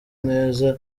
neza